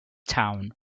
town